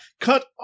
Cut